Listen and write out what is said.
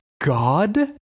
God